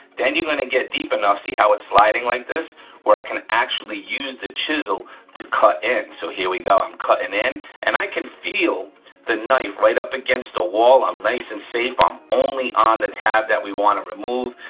then you're gonna get deep enough see how it sliding like this where i can actually use the chisel to cut in. so, here we go, i'm cutting in in and i can feel the knife right up against the wall, i'm nice and safe, i'm only on the tab that we wanna remove.